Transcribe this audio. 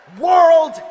World